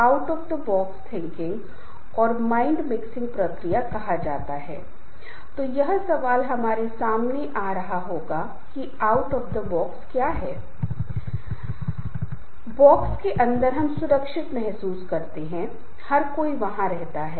task force एक ऐसा बल या समूह है जिसे हम चुनौतियों का सामना करने के लिए मानते हैं और एक बार जब व्यक्ति चुनौती ले लेता है तो निश्चित रूप से यह प्रदर्शन करना आसान नहीं होता है किसी को कड़ी मेहनत करनी होती है विभिन्न स्रोतों से बहुत सारी जानकारी लेने के लिए दूसरों की मदद लेनी पड़ती है जूनियर वरिष्ठ अधीनस्थों हर कोई लक्ष्य को प्राप्त करने के लिए सहायक हो सकता है